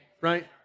right